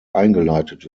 eingeleitet